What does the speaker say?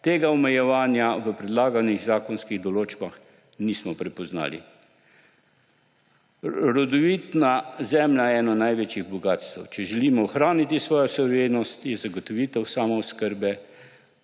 Tega omejevanja v predlaganih zakonskih določbah nismo prepoznali. Rodovitna zemlja je eno največjih bogastev. Če želimo ohraniti svojo suverenost, je zagotovitev samooskrbe